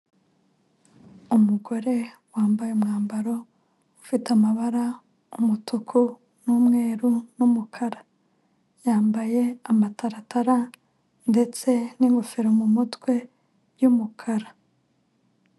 Umugore wambaye umwambaro ufite amabara; umutuku n'umweru n'umukara, yambaye amataratara ndetse n'ingofero mumutwe y'umukara.